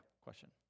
question